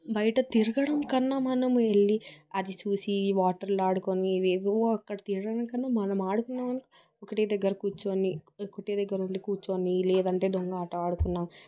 బయట తిరగడం కన్నా మనము వెళ్ళి అది చూసి వాటర్లో ఆడుకుని ఏవేవో అక్కడ తిరగడం కన్నా మనం ఆడుకున్నామంటే ఒకటే దగ్గర కూర్చుని ఒకటి దగ్గర ఉండి కూర్చుని లేదంటే దొంగాట ఆడుకున్న